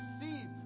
receive